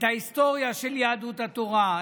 את ההיסטוריה של יהדות התורה,